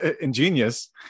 ingenious